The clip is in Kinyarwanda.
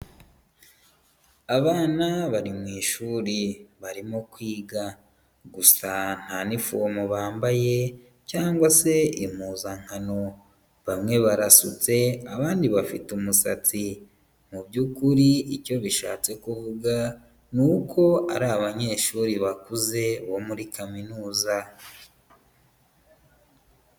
Abana bari mu ishuri barimo kwiga gusa nta nifomu bambaye cyangwa se impuzankano, bamwe barasutse abandi bafite umusatsi, mu by'ukuri icyo bishatse kuvuga ni uko ari abanyeshuri bakuze bo muri kaminuza.